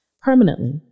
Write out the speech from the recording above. permanently